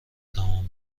تمام